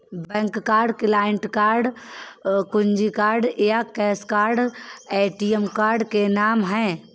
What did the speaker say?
bank card, client card, कुंजी card या cash card ATM card के नाम है